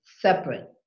separate